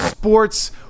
Sports